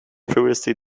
previously